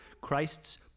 Christ's